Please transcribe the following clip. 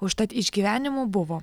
užtat išgyvenimų buvo